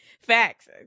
facts